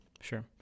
Sure